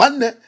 One